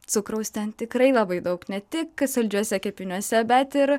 cukraus ten tikrai labai daug ne tik saldžiuose kepiniuose bet ir